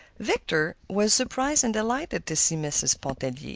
victor was surprised and delighted to see mrs. pontellier,